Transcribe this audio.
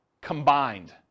combined